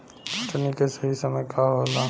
कटनी के सही समय का होला?